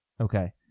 Okay